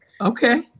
Okay